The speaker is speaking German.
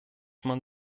man